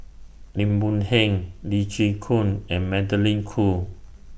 Lim Boon Heng Lee Chin Koon and Magdalene Khoo